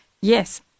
Yes